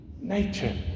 nature